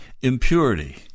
impurity